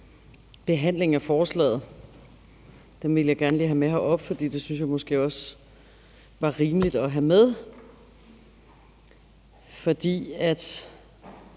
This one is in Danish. behandlingen af forslaget. Dem ville jeg gerne lige have med herop, for det synes jeg måske også var rimeligt at have med, fordi